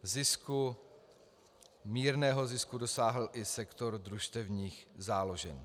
Zisku, mírného zisku, dosáhl i sektor družstevních záložen.